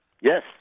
Yes